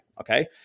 okay